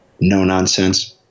no-nonsense